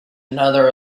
another